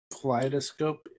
kaleidoscope